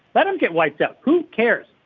let them get wiped out. who cares?